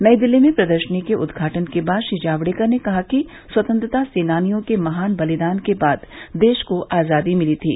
नई दिल्ली में प्रदर्शनी के उद्घाटन के बाद श्री जावडेकर ने कहा कि स्वतंत्रता सेनानियों के महान बलिदान के बाद देश को आजादी मिली थी